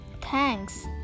thanks